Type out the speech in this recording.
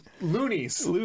loonies